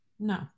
No